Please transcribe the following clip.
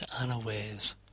unawares